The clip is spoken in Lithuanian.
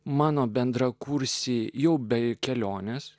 mano bendrakursiai jau bei keliones